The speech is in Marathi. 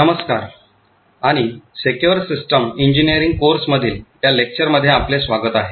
नमस्कार आणि सेक्यूर सिस्टम इंजिनीअरिंग कोर्स मधील या लेक्चरमध्ये आपले स्वागत आहे